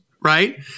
Right